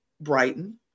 Brighton